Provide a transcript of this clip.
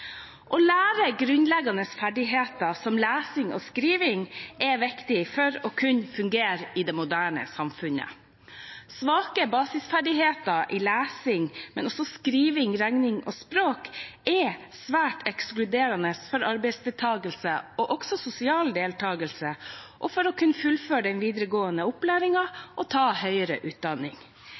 Å lære grunnleggende ferdigheter som lesing og skriving er viktig for å kunne fungere i det moderne samfunnet. Svake basisferdigheter i lesing, men også i skriving, regning og språk, er svært ekskluderende for arbeidsdeltagelse og sosial deltagelse og for å kunne fullføre den videregående opplæringen og ta høyere utdanning.